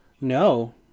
No